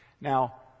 Now